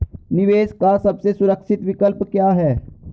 निवेश का सबसे सुरक्षित विकल्प क्या है?